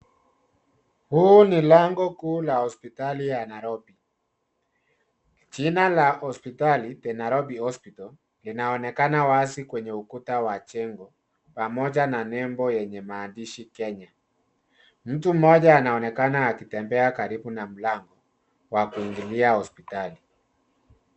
Huu ni lango kuu la hospitali ya Nairobi. Jina la hospitali The Nairobi Hospital inaonekana wazi kwenye ukuta wa jengo pamoja na nembo yenye maandishi Kenya. Mtu moja anonekana akitembea karibu na mlango wakuingilia hospitali.